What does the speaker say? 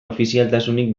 ofizialtasunik